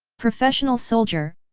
professional soldier,